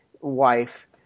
wife